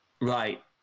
right